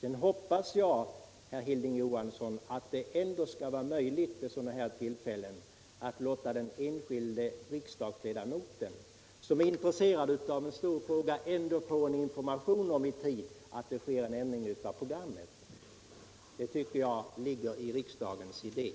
Jag hoppas, herr Hilding Johansson, att det ändå skall vara möjligt vid sådana här tillfällen att låta den enskilde riksdagsledamoten, som är intresserad av en stor fråga, i tid få information om en ändring av programmet. Det tycker jag ligger i riksdagens idé.